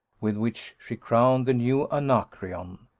with which she crowned the new anacreon.